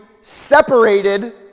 separated